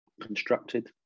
constructed